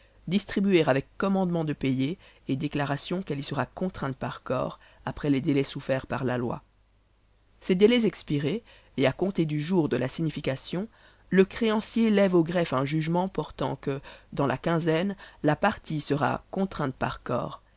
distribuer avec commandement de payer et déclaration qu'elle y sera contrainte par corps après les délais soufferts par la loi ces délais expirés et à compter du jour de la signification le créancier lève au greffe un jugement portant que dans la quinzaine la partie sera contrainte par corps